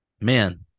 man